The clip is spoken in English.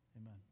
amen